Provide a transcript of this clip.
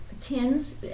tins